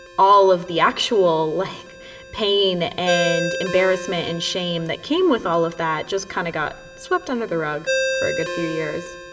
all of the actual leg pain and embarrassment and shame that came with all of that just kind of got swept under the rug for a good few years